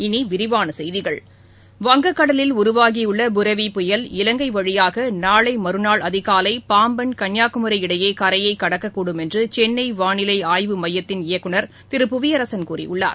இனிவிரிவானசெய்கிகள் வங்கக்கடலில் உருவாகியுள்ள புரெவி புயல் இலங்கைவழியாகநாளைமறுநாள் அதிகாலைபாம்பள் கள்ளியாகுமரி இடையேகரையைகடக்கக்கூடும் என்றுசென்னைவாளிலைஆய்வு எமயத்தின் இயக்குனர் திரு புவியரசன் கூறியுள்ளார்